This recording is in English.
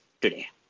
today